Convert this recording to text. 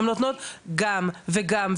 הן נותנות גם וגם.